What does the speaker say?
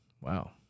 wow